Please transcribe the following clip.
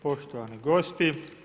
Poštovani gosti.